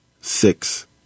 Six